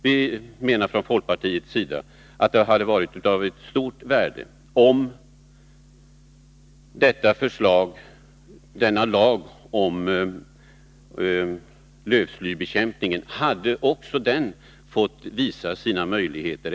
Vi från folkpartiet menar att det hade varit av stort värde om också lagen om lövslybekämpning under ett antal år framåt hade fått visa sina möjligheter.